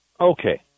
Okay